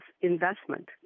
investment